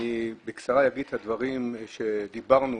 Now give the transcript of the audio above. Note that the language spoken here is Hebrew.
בקצרה אביא את הדברים שעליהם דיברנו,